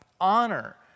honor